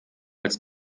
als